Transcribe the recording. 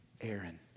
Aaron